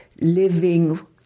living